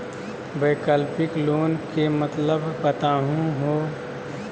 वैकल्पिक लोन के मतलब बताहु हो?